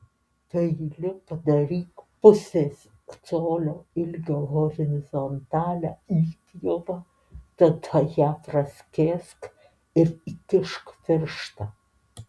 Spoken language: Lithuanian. peiliu padaryk pusės colio ilgio horizontalią įpjovą tada ją praskėsk ir įkišk pirštą